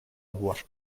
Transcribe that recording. voix